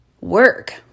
work